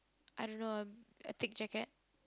I don't know a a thick jacket